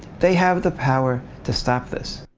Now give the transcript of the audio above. they have the power to stop this.